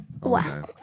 Wow